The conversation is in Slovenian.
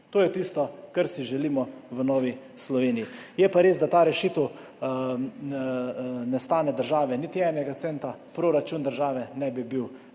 To je tisto, kar si želimo v Novi Sloveniji. Je pa res, da ta rešitev ne stane države niti enega centa, proračun države ne bi bil